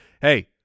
Hey